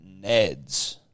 Neds